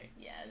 Yes